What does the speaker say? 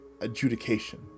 adjudication